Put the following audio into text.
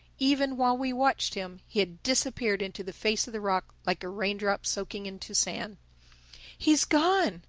even while we watched him, he had disappeared into the face of the rock like a raindrop soaking into sand he's gone,